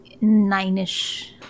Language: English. Nine-ish